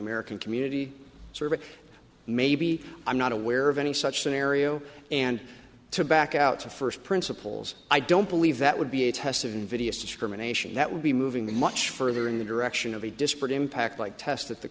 american community survey maybe i'm not aware of any such scenario and to back out to first principles i don't believe that would be a test of invidious discrimination that would be moving much further in the direction of a disparate impact like test that the